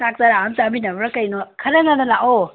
ꯆꯥꯛ ꯆꯔꯥ ꯑꯃ ꯆꯥꯃꯤꯟꯅꯕ꯭ꯔꯥ ꯀꯔꯤꯅꯣ ꯈꯔ ꯉꯟꯅ ꯂꯥꯛꯑꯣ